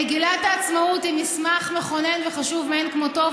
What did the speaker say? מגילת העצמאות היא מסמך מכונן וחשוב מאין כמותו,